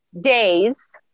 days